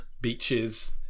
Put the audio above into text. beaches